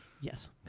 Yes